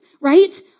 right